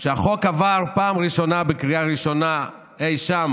אחרי שהחוק עבר פעם ראשונה בקריאה ראשונה, אי שם